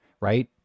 right